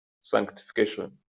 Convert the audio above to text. sanctification